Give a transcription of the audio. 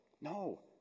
No